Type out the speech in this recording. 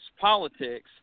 politics